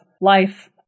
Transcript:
life